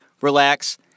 relax